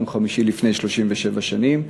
יום חמישי לפני 37 שנים,